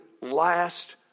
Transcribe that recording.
last